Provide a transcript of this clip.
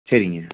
சரிங்க